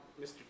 Mr